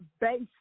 based